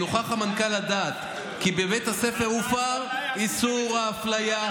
אם נוכח המנכ"ל לדעת כי בבית הספר הופר איסור האפליה,